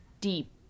deep